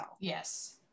Yes